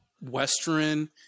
Western